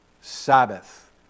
Sabbath